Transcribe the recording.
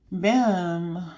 Bim